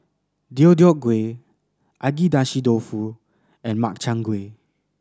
Deodeok Gui Agedashi Dofu and Makchang Gui